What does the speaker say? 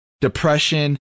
depression